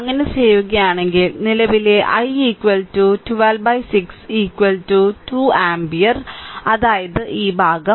അങ്ങനെ ചെയ്യുകയാണെങ്കിൽ നിലവിലെ I 126 2 ആമ്പിയർ അതായത് ഈ ഭാഗം